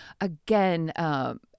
again